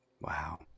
Wow